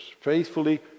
faithfully